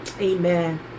Amen